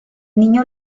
niño